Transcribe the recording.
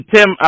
Tim